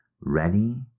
ready